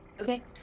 Okay